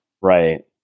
Right